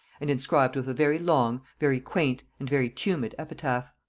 and inscribed with a very long, very quaint and very tumid epitaph.